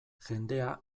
jendea